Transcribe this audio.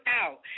out